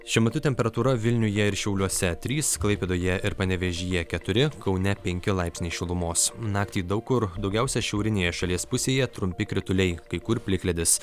šiuo metu temperatūra vilniuje ir šiauliuose trys klaipėdoje ir panevėžyje keturi kaune penki laipsniai šilumos naktį daug kur daugiausiai šiaurinėje šalies pusėje trumpi krituliai kai kur plikledis